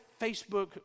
Facebook